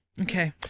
Okay